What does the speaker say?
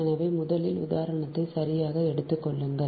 எனவே முதலில் உதாரணத்தை சரியாக எடுத்துக் கொள்ளுங்கள்